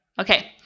Okay